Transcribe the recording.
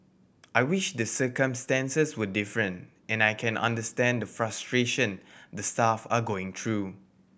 I wish the circumstances were different and I can understand the frustration the staff are going through